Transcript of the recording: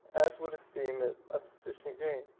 as would esteem it a sufficient gain,